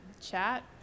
chat